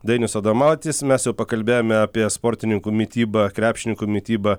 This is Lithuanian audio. dainius adomaitis mes jau pakalbėjome apie sportininkų mitybą krepšininkų mitybą